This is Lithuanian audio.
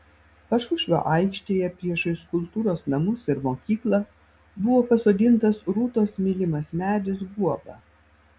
pašušvio aikštėje priešais kultūros namus ir mokyklą buvo pasodintas rūtos mylimas medis guoba